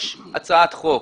יש הצעת חוק